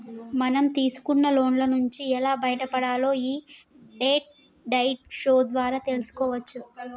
మనం తీసుకున్న లోన్ల నుంచి ఎలా బయటపడాలో యీ డెట్ డైట్ షో ద్వారా తెల్సుకోవచ్చు